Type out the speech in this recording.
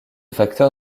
facteur